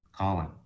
Colin